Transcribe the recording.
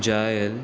जायल